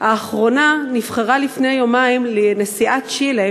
האחרונה נבחרה לפני יומיים לנשיאת צ'ילה,